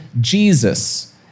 Jesus